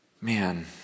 man